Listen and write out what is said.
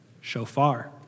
Shofar